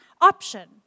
option